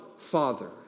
Father